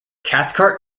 cathcart